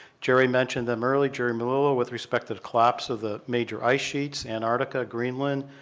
jerry mentioned them earlier. jerry mellilo with respect to the collapse of the major ice sheets. antarctica, greenland.